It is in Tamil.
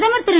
பிரதமர் திரு